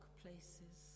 places